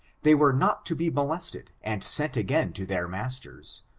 they were not to be molested and sent again to their masters,